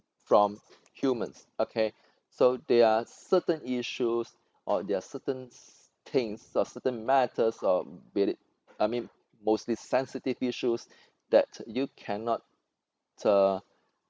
from humans okay so there are certain issues or there are certain things or certain matters or be it I mean mostly sensitive issues that you cannot uh